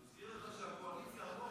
אני מזכיר לך שהקואליציה עמוק עמוק בתוך הצבא.